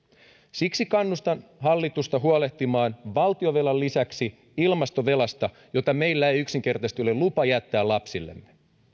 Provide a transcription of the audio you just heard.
siksi kannustan hallitusta huolehtimaan valtionvelan lisäksi ilmastovelasta jota meillä ei yksinkertaisesti ole lupa jättää lapsillemme